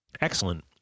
Excellent